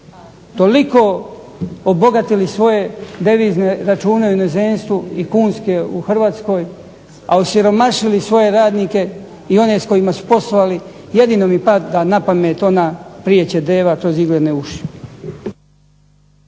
toliko obogatili svoje devizne račune u inozemstvu i kunske u Hrvatskoj, a osiromašili svoje radnike i one s kojima su poslovali jedino mi pada na pamet ona – prije će deva kroz iglene uši.